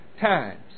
times